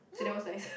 no